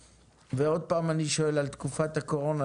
ועוד פעם אני שואל על תקופת הקורונה,